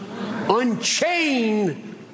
Unchain